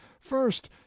first